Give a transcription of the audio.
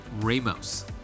Ramos